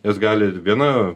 jos gali viena